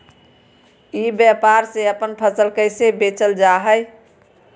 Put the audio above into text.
ई व्यापार से अपन फसल कैसे बेचल जा हाय?